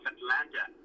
Atlanta